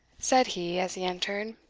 said he, as he entered,